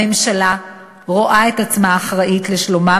הממשלה רואה את עצמה אחראית לשלומם